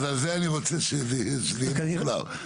אז על זה אני רוצה שזה יהיה משולב.